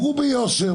אמרו ביושר,